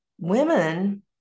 Women